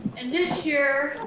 and this year,